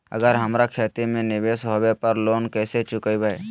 अगर हमरा खेती में निवेस होवे पर लोन कैसे चुकाइबे?